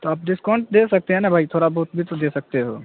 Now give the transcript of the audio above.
تو آپ ڈسکاؤنٹ دے سکتے ہیں نا بھائی تھوڑا بہت بھی تو دے سکتے ہو